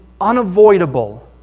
unavoidable